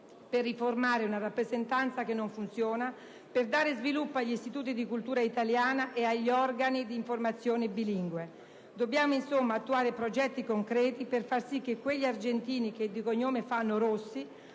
per riformare una rappresentanza che non funziona, per dare sviluppo agli istituti di cultura italiana e agli organi di informazione bilingue. Dobbiamo insomma attuare progetti concreti per far sì che quegli «argentini che di cognome fanno Rossi»